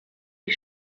die